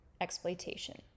exploitation